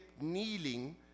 kneeling